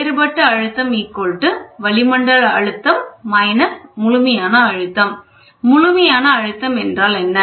வேறுபட்ட அழுத்தம் வளிமண்டல அழுத்தம் முழுமையான அழுத்தம் முழுமையான அழுத்தம் என்றால் என்ன